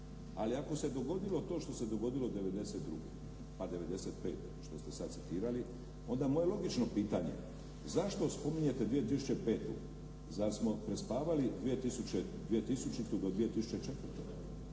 Ali ako se dogodilo to što se dogodilo '92., pa '95. što ste sad citirali, onda moje logično pitanje: zašto spominjete 2005., zar smo prespavali 2000. do 2004?